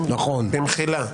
במחילה.